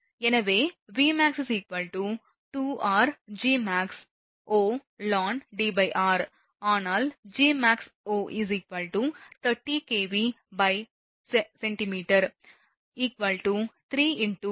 எனவே Vmax 2rGmaxoln Dr ஆனால் Gmaxo 30 kVcm 3 × 106Vm